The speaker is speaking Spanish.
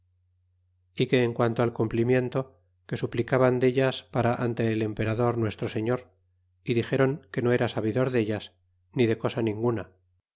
y señor que en quanto al cumplimiento que suplicaban dellas para ante el emperador nuestro señor y dixéron que no era sabidor dellas ni de cosa ninguna